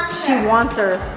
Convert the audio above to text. she wants